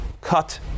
cut